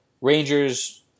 Rangers